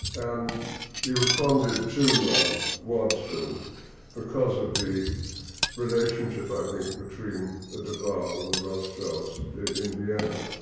and he responded to um waddesdon because of the relationship, i think, between ah de waal and the rothschilds in vienna.